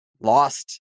lost